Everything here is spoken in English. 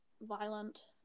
violent